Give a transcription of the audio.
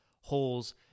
holes